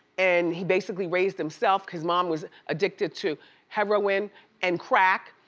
and he basically raised himself cause mom was addicted to heroin and crack,